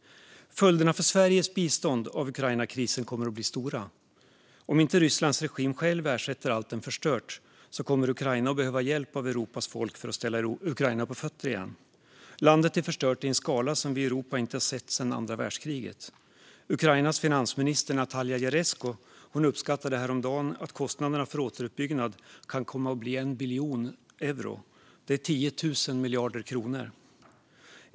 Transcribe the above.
Följderna av Ukrainakrisen kommer att bli stora för Sveriges bistånd. Om inte Rysslands regim själv ersätter allt den förstört kommer Ukraina att behöva hjälp av Europas folk för att ställa Ukraina på fötter igen. Landet är förstört i en skala som vi i Europa inte har sett sedan andra världskriget. Ukrainas tidigare finansminister Natalie Jaresko uppskattade häromdagen att kostnaderna för återuppbyggnad kan komma att bli en biljon euro. Det är 10 000 miljarder kronor.